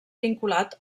vinculat